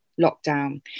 lockdown